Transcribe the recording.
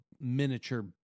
miniature